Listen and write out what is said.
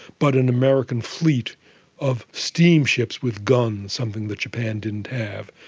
but an american fleet of steamships with guns, something that japan didn't have,